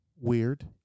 weird